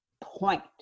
point